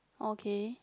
okay